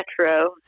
Metro